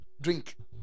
drink